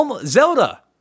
Zelda